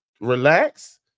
relax